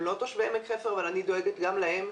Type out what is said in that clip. הם לא תושבי עמק חפר, אבל אני דואגת גם להם,